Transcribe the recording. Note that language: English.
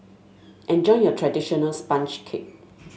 enjoy your traditional sponge cake